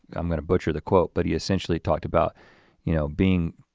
i'm gonna butcher the quote, but he essentially talked about you know being,